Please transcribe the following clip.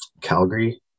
Calgary